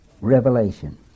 Revelation